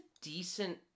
decent